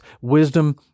wisdom